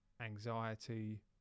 anxiety